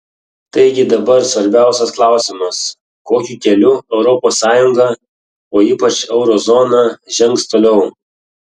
taigi dabar svarbiausias klausimas kokiu keliu europos sąjunga o ypač euro zona žengs toliau